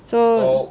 so